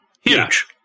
Huge